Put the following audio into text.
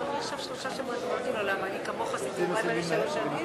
מי שהיה באירוע זה מי שהסכים לספר את הסיפור שלו.